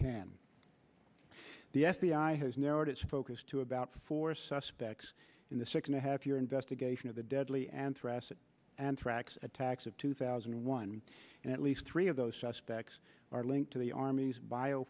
can the f b i has narrowed its focus to about four suspects in the second half your investigation of the deadly anthrax anthrax attacks of two thousand and one and at least three of those suspects are linked to the army's bio